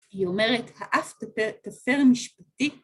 היא אומרת, העף הפר משפטית.